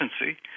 efficiency